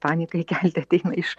panikai kelti ateina iš